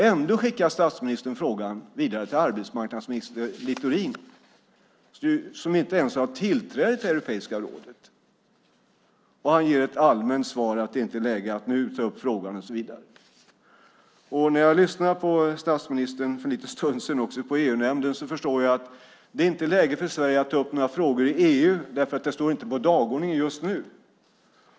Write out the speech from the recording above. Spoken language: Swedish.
Ändå skickar statsministern frågan vidare till arbetsmarknadsminister Littorin, som inte ens har tillträde till Europeiska rådet, och han ger ett allmänt svar att det inte är läge att nu ta upp frågan och så vidare. När jag lyssnade på statsministern för en liten stund sedan i EU-nämnden förstod jag att det inte är läge för Sverige att ta upp några frågor i EU därför att det inte står på dagordningen just nu.